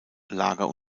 lager